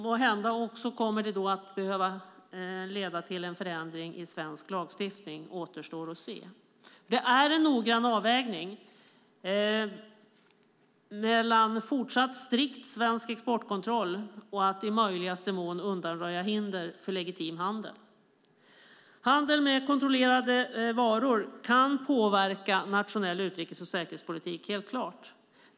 Måhända behöver det leda till en förändring i svensk lagstiftning. Det återstår att se. Det är fråga om en noggrann avvägning mellan fortsatt strikt svensk exportkontroll och att i möjligaste mån undanröja hinder för legitim handel. Handel med kontrollerade varor kan påverka nationell utrikes och säkerhetspolitik. Det är helt klart.